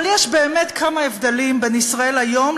אבל יש באמת כמה הבדלים בין ישראל היום,